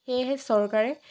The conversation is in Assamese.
সেয়েহে চৰকাৰে